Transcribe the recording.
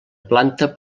planta